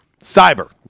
Cyber